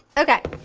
okay,